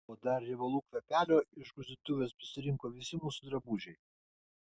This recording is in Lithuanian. o dar riebalų kvapelio iš gruzdintuvės prisirinko visi mūsų drabužiai